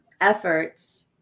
efforts